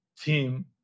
team